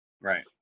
Right